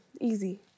Easy